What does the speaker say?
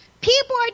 people